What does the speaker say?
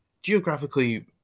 geographically